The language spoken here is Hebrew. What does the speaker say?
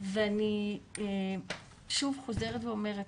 ואני שוב חוזרת ואומרת,